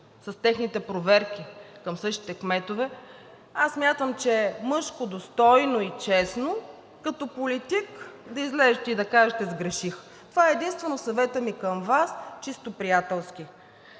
с техните проверки към същите кметове, аз смятам, че е мъжко, достойно и честно като политик да излезете и да кажете: „сгреших“. Това единствено е съветът ми към Вас чисто приятелски.